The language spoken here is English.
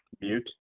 mute